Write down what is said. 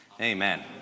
Amen